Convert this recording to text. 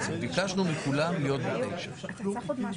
אבל שוב אני אומר: דרך המלך הייתה להקים